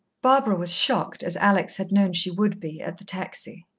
barbara was shocked, as alex had known she would be, at the taxi.